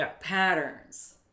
patterns